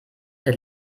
mit